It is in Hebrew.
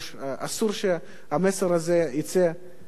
אסור שהמסר הזה יצא מכאן,